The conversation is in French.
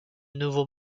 nouveaux